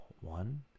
one